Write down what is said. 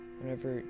whenever